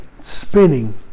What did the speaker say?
spinning